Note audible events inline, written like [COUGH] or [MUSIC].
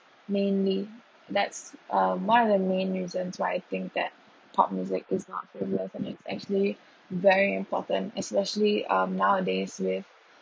mainly that's um one of the main reasons why I think that pop music is not frivolous and it's actually [BREATH] very important especially um nowadays with